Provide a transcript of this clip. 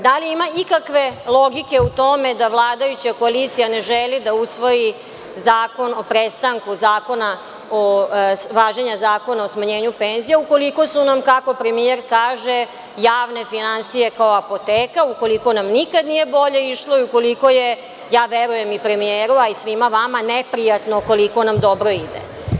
Da li ima ikakve logike u tome da vladajuća koalicija ne želi da usvoji zakon o prestanku zakona, važenja zakona o smanjenju penzija ukoliko su nam, kako premijer kaže, javne finansije kao apoteka, koliko nam nikad bolje nije išlo i koliko je, ja verujem i premijeru i svima vama, neprijatno koliko nam dobro ide.